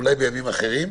אולי בימים אחרים.